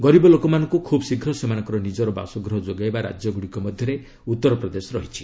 ଗରିବ ଲୋକମାନଙ୍କୁ ଖୁବ୍ ଶୀଘ୍ର ସେମାନଙ୍କର ନିଜର ବାସଗୃହ ଯୋଗାଇବା ରାଜ୍ୟଗୁଡ଼ିକ ମଧ୍ୟରେ ଉତ୍ତର ପ୍ରଦେଶ ରହିଛି